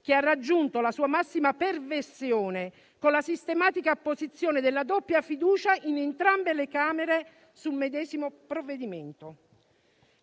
che ha raggiunto la sua massima perversione con la sistematica apposizione della doppia fiducia in entrambe le Camere sul medesimo provvedimento.